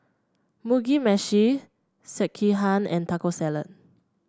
Mugi Meshi Sekihan and Taco Salad